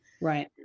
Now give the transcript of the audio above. right